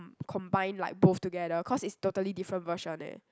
combine like both together cause it's totally different version eh